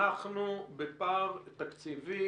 אנחנו בפער תקציבי,